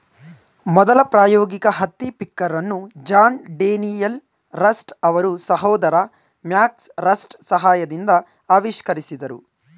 ಮೊದಲ ಪ್ರಾಯೋಗಿಕ ಹತ್ತಿ ಪಿಕ್ಕರನ್ನು ಜಾನ್ ಡೇನಿಯಲ್ ರಸ್ಟ್ ಅವರ ಸಹೋದರ ಮ್ಯಾಕ್ ರಸ್ಟ್ ಸಹಾಯದಿಂದ ಆವಿಷ್ಕರಿಸಿದ್ರು